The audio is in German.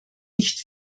nicht